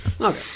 Okay